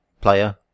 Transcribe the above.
Player